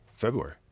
February